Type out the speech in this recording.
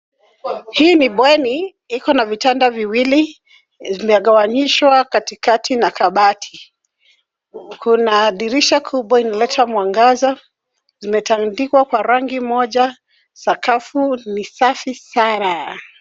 Hii ni bweni ikona vitanda viwili, vimegawanyishwa katikati na kabati. Kuna dirisha kubwa inaleta mwangaza, zimetandikwa kwa rangi moja, sakafu ni safi sana.